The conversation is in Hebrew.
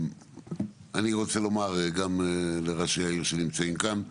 אני רוצה לומר גם לראשי העיר שנמצאים כאן.